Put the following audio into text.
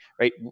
Right